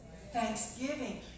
thanksgiving